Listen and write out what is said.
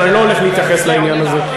אבל אני לא הולך להתייחס לעניין הזה.